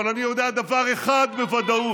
אבל אני יודע דבר אחד בוודאות.